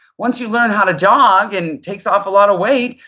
once you learn how to jog and it takes off a lot of weight,